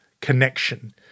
connection